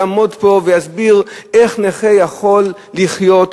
יעמוד פה ויסביר איך נכה יכול לחיות,